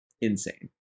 insane